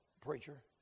preacher